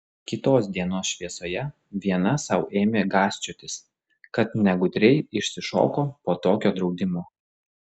kitos dienos šviesoje viena sau ėmė gąsčiotis kad negudriai išsišoko po tokio draudimo